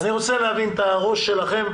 אני רוצה להבין את הראש שלכם,